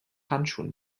handschuhen